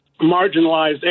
marginalized